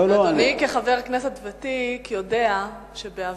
אדוני כחבר כנסת ותיק יודע שבעבר,